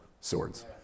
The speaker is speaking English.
Swords